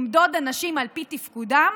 למדוד אנשים על פי תפקודם